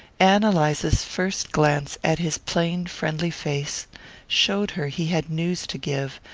ann eliza's first glance at his plain friendly face showed her he had news to give,